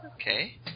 Okay